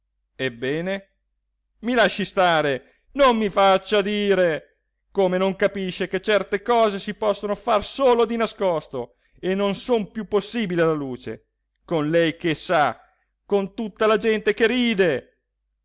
bbene i lasci stare non mi faccia dire come non capisce che certe cose si possono far solo di nascosto e non son più possibili alla luce con lei che sa con tutta la gente che ride